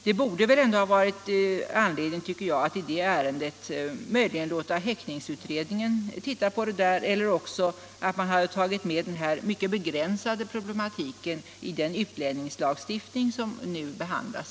Där hade det väl varit lämpligt att låta häktningsutredningen se på frågan — eller också kunde man väl ha tagit med denna mycket begränsade problematik i den utlänningslagstiftning som nu behandlas.